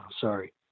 sorry